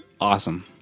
awesome